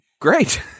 great